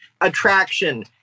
attraction